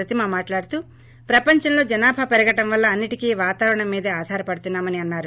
ప్రతిబ మాట్లాడుతూ ప్రపంచంలో జనాభా పెరగటం వలన అన్నిట్కీ వాతావరణం మీదే ఆధార పడుతున్నామని అన్నారు